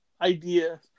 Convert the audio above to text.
idea